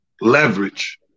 leverage